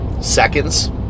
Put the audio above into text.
seconds